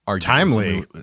Timely